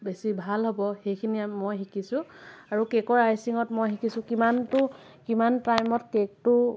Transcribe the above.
বেছি ভাল হ'ব সেইখিনি মই শিকিছোঁ আৰু কেকৰ আইচিঙত মই শিকিছোঁ কিমানতো কিমান টাইমত কেকটো